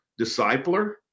discipler